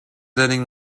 learning